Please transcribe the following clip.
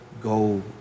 go